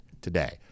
today